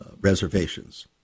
reservations